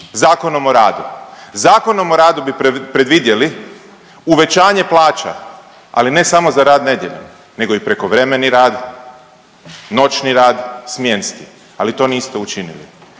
Zakonom o radu. Zakonom o radu bi predvidjeli uvećanje plaća, ali ne samo za rad nedjeljom nego i prekovremeni rad, noćni rad, smjenski, ali to niste učinili,